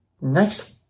next